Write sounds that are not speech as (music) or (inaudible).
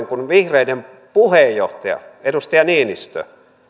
(unintelligible) kun vihreiden puheenjohtaja edustaja niinistö